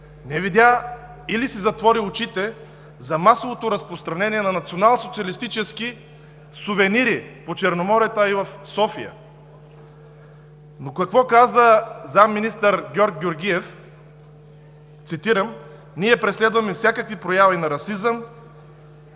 не видя или си затвори очите за масовото разпространение на националсоциалистически сувенири по Черноморието, а и в София. Но какво казва заместник-министър Георг Георгиев? Цитирам: „Ние преследваме всякакви прояви на расизъм,